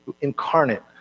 incarnate